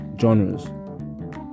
genres